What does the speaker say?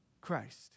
Christ